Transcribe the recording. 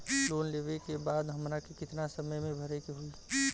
Loan लेवे के बाद हमरा के कितना समय मे भरे के होई?